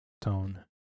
tone